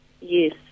Yes